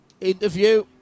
interview